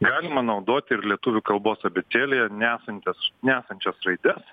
galima naudoti ir lietuvių kalbos abėcėlėje nesančias nesančias raides